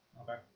Okay